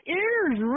ears